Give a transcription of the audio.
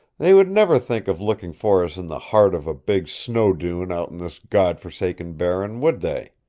they would never think of looking for us in the heart of a big snow-dune out in this god-forsaken barren, would they?